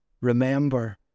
remember